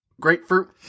grapefruit